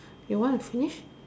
you want to finish